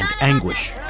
anguish